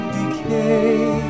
decay